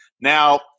Now